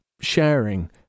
sharing